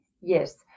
Yes